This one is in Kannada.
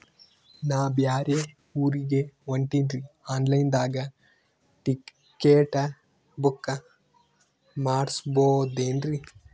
ನಾ ಬ್ಯಾರೆ ಊರಿಗೆ ಹೊಂಟಿನ್ರಿ ಆನ್ ಲೈನ್ ದಾಗ ಟಿಕೆಟ ಬುಕ್ಕ ಮಾಡಸ್ಬೋದೇನ್ರಿ?